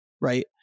right